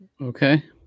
Okay